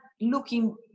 looking